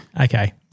Okay